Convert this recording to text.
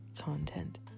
content